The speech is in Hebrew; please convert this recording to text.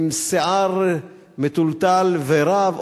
עם שיער מתולתל ורב.